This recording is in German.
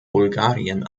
bulgarien